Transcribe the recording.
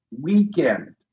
weekend